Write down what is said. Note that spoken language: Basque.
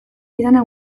didana